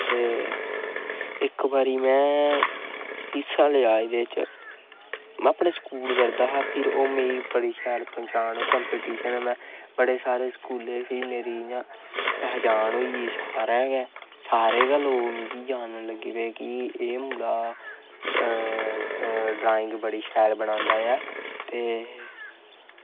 ते इक बारी में हिस्सा लेआ एह्दे च में अपने स्कूल पढ़दा हा में बड़ी शैल पंछान अपने बड़े सारे स्कूलें च फिर मेरी पैह्चान होई गेई सारै गै सारे गै लोग मिगी जानन लगी पे कि एह् मुड़ा ड्राइंग बड़ी शैल बनांदा ऐ ते